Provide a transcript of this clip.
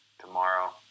tomorrow